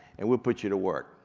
and we'll put you to work,